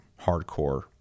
hardcore